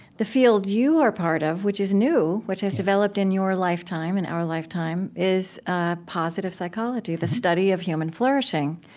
the field you are part of which is new, which has developed in your lifetime, in our lifetime is ah positive psychology, the study of human flourishing,